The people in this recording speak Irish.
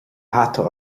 hata